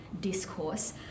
discourse